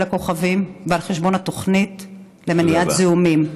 הכוכבים ועל חשבון התוכנית למניעת זיהומים.